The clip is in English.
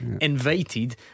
invited